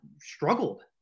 struggled